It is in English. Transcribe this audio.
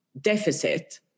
deficit